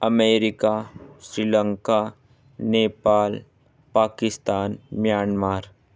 America Sri Lanka Nepal Pakistan Myanmar